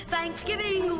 Thanksgiving